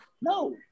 No